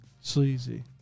sleazy